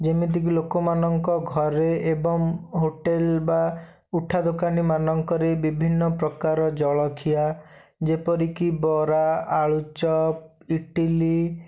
ଯେମିତିକି ଲୋକମାନଙ୍କ ଘରେ ଏବଂ ହୋଟେଲ୍ ବା ଉଠା ଦୋକାନୀ ମାନଙ୍କରେ ବିଭିନ୍ନ ପ୍ରକାର ଜଳଖିଆ ଯେପରିକି ବରା ଆଳୁଚପ ଇଟିଲି